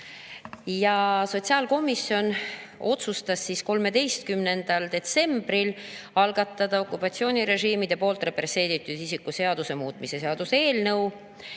lisav. Sotsiaalkomisjon otsustas 13. detsembril algatada okupatsioonirežiimide poolt represseeritud isiku seaduse muutmise seaduse eelnõu.